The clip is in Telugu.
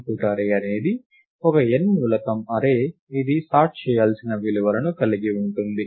ఇన్పుట్ అర్రే అనేది ఒక n మూలకం అర్రే ఇది సార్ట్ చేయాల్సిన విలువలను కలిగి ఉంటుంది